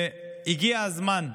הגיע הזמן.